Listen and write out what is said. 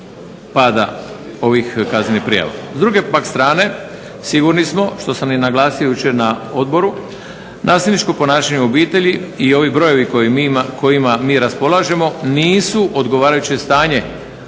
pada ovih kaznenih prijava. S druge pak strane sigurni smo što sam naglasio jučer na odboru, nasilničko ponašanje u obitelji i ovi brojevi kojima mi raspolažemo nisu odgovarajuće stanje